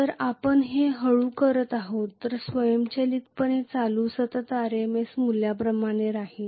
जर आपण हे हळू करत आहोत तर स्वयंचलितपणे प्रवाह सतत RMS मूल्याप्रमाणे राहील